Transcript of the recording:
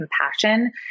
compassion